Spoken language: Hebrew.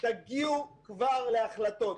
תגיעו כבר להחלטות.